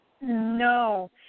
No